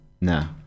No